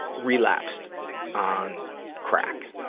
relapsed on crack.